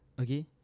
Okay